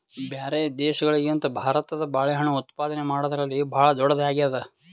ಬ್ಯಾರೆ ದೇಶಗಳಿಗಿಂತ ಭಾರತ ಬಾಳೆಹಣ್ಣು ಉತ್ಪಾದನೆ ಮಾಡದ್ರಲ್ಲಿ ಭಾಳ್ ಧೊಡ್ಡದಾಗ್ಯಾದ